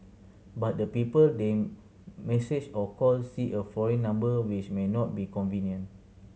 but the people they message or call see a foreign number which may not be convenient